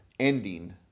Ending